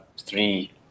three